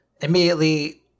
immediately